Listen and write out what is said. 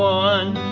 one